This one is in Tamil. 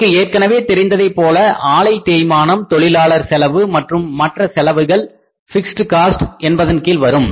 நமக்கு ஏற்கனவே தெரிந்ததைப்போல ஆளை தேய்மானம் தொழிலாளர் செலவு மற்றும் மற்ற செலவுகள் பிக்ஸ்ட் காஸ்ட் என்பதன் கீழ் வரும்